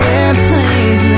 Airplanes